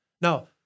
Now